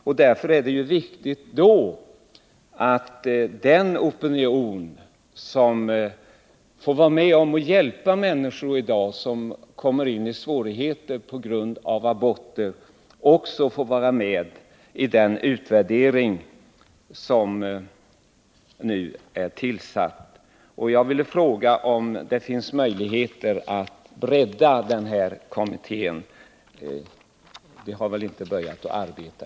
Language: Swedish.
Det är mot denna bakgrund viktigt att företrädare för den opinion som finns, sådana som i dag får vara med om att hjälpa människor som kommer in i svårigheter på grund av aborter, också får vara med i den utvärderingskommitté som nu är tillsatt. Jag vill därför fråga om det finns möjligheter att bredda denna kommitté — den har väl ännu inte börjat att arbeta.